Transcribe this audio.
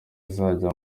zizajya